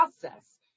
process